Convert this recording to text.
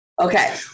Okay